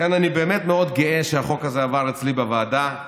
לכן אני באמת מאוד גאה שהחוק הזה עבר אצלי בוועדה.